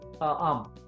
arm